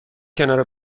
کنار